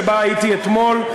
שבו הייתי אתמול,